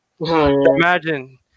Imagine